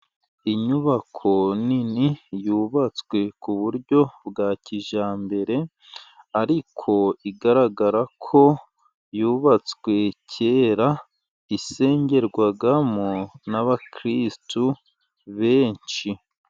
Inyubako nini yubatswe ku buryo bwa kijyambere ariko igaragara ko yubatswe kera, isengerwamo n'abakristu benshi.